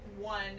one